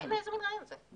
איזה מין רעיון זה?